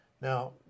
Now